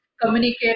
communicate